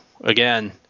again